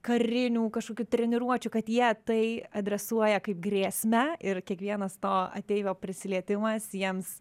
karinių kažkokių treniruočių kad jie tai adresuoja kaip grėsmę ir kiekvienas to ateivio prisilietimas jiems